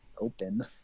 open